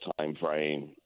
timeframe